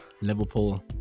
liverpool